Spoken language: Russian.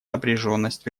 напряженность